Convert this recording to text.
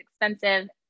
expensive